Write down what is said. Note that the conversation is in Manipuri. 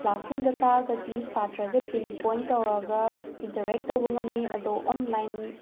ꯀ꯭ꯂꯥꯁꯔꯨꯝꯗ ꯇꯥꯛꯑꯒꯗꯤ ꯁꯥꯇ꯭ꯔꯁꯦ ꯄꯤꯟꯄꯣꯏꯟ ꯇꯧꯔꯒ ꯏꯟꯇꯔꯦꯛ ꯇꯧꯕ ꯉꯝꯃꯤ ꯑꯗꯣ ꯑꯣꯟꯂꯥꯏꯟ